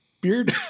beard